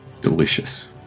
Delicious